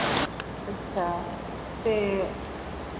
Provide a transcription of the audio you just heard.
अच्छा ते